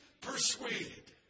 persuaded